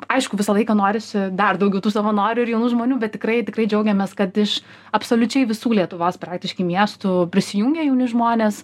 aišku visą laiką norisi dar daugiau tų savanorių ir jaunų žmonių bet tikrai tikrai džiaugiamės kad iš absoliučiai visų lietuvos praktiškai miestų prisijungia jauni žmonės